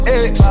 ex